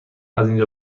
ازاینجا